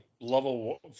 level